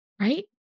right